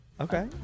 Okay